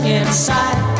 inside